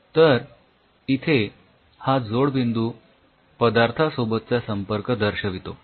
तर इथे हा जोडबिंदू पदार्थासोबतचा संपर्क दर्शवितो